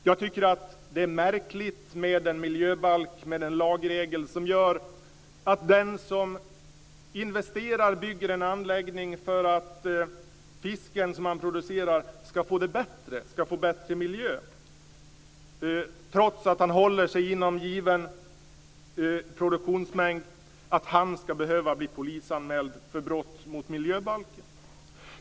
Jag tycker att det är märkligt att ha en miljöbalk, en lagregel, som gör att den som investerar och bygger en anläggning för att ge fisken som produceras där en bättre miljö ska, trots att han håller sig inom ramen för given produktionsmängd, behöva bli polisanmäld för brott mot miljöbalken.